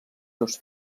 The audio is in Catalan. seus